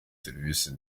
serivisi